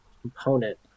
component